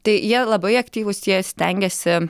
tai jie labai aktyvūs jie stengiasi